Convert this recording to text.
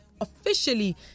officially